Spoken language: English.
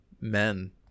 men